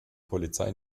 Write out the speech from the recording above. polizei